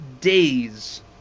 days